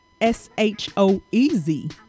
S-H-O-E-Z